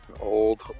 Old